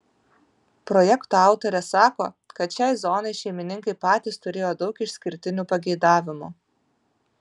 projekto autorė sako kad šiai zonai šeimininkai patys turėjo daug išskirtinių pageidavimų